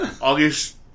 August